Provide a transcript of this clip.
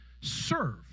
serve